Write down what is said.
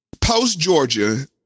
post-Georgia